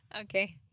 Okay